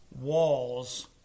walls